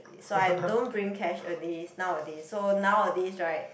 so I don't bring cash a days nowadays so nowadays right